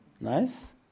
Nice